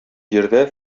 җирдә